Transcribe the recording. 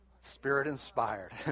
Spirit-inspired